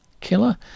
Killer